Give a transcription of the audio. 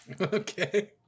Okay